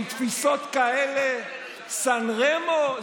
עם תפיסות כאלה סן רמו?